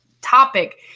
topic